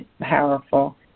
powerful